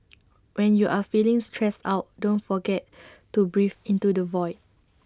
when you are feeling stressed out don't forget to breathe into the void